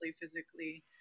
physically